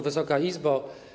Wysoka Izbo!